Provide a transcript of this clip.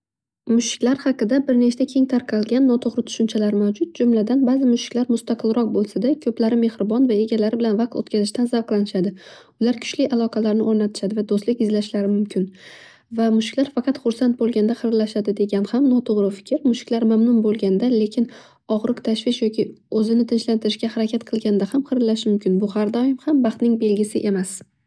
Mushuklar haqida bir nechta keng tarqalgan noto'g'ri tushunchalar mavjud. Jumladan ba'zi mushuklar mustaqilroq bo'lsada ko'plari mehribon va egalari bilan vaqt o'tkazishdan zavqlanishadi. Ular kuchli aloqalarni izlashadi va do'stlik izlashlari mumkin. Va mushuklar faqat xursand bo'lganda hirillashadi degan gap ham noto'g'ri fikr. Mushuklar mamnun bo'ganda lekin og'riq tashvish yoki o'zini tinchlantirishga harakat qilganda ham hirillashi mumkin bu har doim ham baxtning belgisi emas.